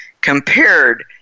compared